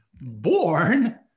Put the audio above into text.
born